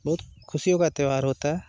बहुत खुशियों का त्योहार होता है